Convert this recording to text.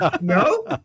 No